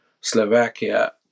Slovakia